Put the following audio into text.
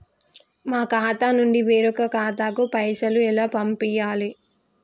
మా ఖాతా నుండి వేరొక ఖాతాకు పైసలు ఎలా పంపియ్యాలి?